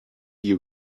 you